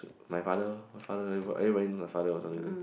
my father my father everybody know my father for some reason